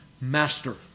master